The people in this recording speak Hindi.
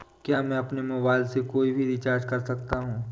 क्या मैं अपने मोबाइल से कोई भी रिचार्ज कर सकता हूँ?